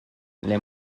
les